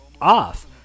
off